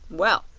well,